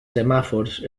semàfors